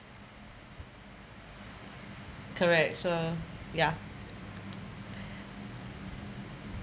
correct so ya